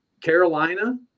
Carolina